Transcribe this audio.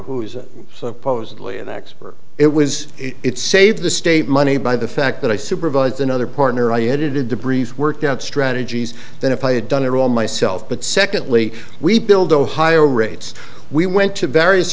who's supposedly an expert it was it save the state money by the fact that i supervised another partner i edited the brief worked out strategies that if i had done it all myself but secondly we build ohio rates we went to various